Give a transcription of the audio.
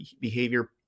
behavior